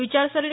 विचारसरणी